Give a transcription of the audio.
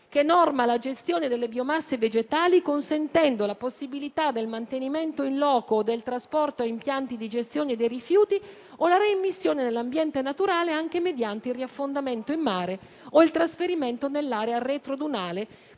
norma la gestione delle biomasse vegetali, consentendo la possibilità del mantenimento *in loco* o del trasporto in impianti di gestione dei rifiuti o la reimmissione nell'ambiente naturale anche mediante il riaffondamento in mare o il trasferimento nell'area retrodunale,